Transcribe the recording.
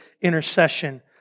intercession